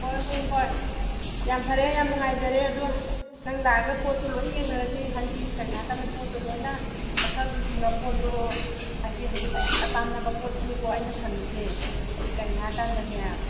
ꯍꯣꯏ ꯍꯣꯏ ꯍꯣꯏ ꯌꯥꯝ ꯐꯔꯦ ꯌꯥꯝ ꯅꯨꯡꯉꯥꯏꯖꯔꯦ ꯑꯗꯨ ꯅꯪ ꯂꯥꯛꯑꯒ ꯄꯣꯠꯇꯨ ꯂꯣꯏ ꯌꯦꯡꯅꯔꯁꯤ ꯍꯥꯏꯗꯤ ꯀꯩꯅꯣ ꯍꯥꯏꯀꯥꯟꯗ ꯄꯣꯠꯇꯨ ꯂꯣꯏꯅ ꯃꯈꯜꯗꯨ ꯁꯨꯅ ꯄꯣꯠꯇꯣ ꯍꯥꯏꯗꯤ ꯍꯧꯖꯤꯛ ꯃꯌꯥꯝꯅ ꯄꯥꯝꯅꯕ ꯄꯣꯠꯇꯨꯅꯤꯀꯣ ꯑꯩꯅ ꯊꯝꯃꯤꯁꯦ ꯍꯥꯏꯗꯤ ꯀꯩꯅꯣ ꯍꯥꯏꯔ ꯀꯥꯟꯗꯅꯦ